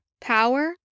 power